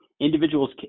individuals